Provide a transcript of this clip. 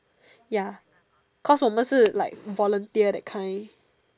ya cause 我们是 like volunteer that kind